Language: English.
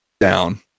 down